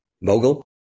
mogul